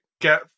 get